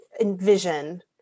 envision